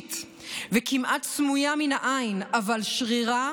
חרישית וכמעט סמויה מן העין, אבל שרירה,